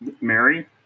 Mary